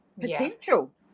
potential